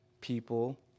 people